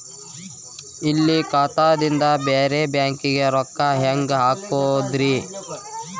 ಇಲ್ಲಿ ಖಾತಾದಿಂದ ಬೇರೆ ಬ್ಯಾಂಕಿಗೆ ರೊಕ್ಕ ಹೆಂಗ್ ಹಾಕೋದ್ರಿ?